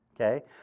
okay